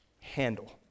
handle